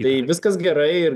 tai viskas gerai ir